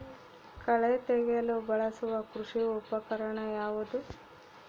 ಕಳೆ ತೆಗೆಯಲು ಬಳಸುವ ಕೃಷಿ ಉಪಕರಣ ಯಾವುದು?